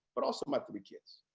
but also my three kids?